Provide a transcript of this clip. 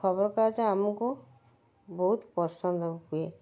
ଖବର କାଗଜ ଆମକୁ ବହୁତ ପସନ୍ଦ ହୁଏ